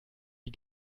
die